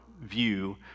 view